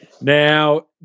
Now